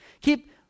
Keep